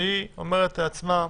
שהיא אומרת לעצמה: